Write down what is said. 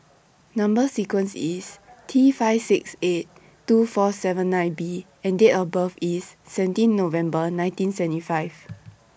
Number sequence IS T five six eight two four seven nine B and Date of birth IS seventeen November nineteen seventy five